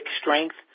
strength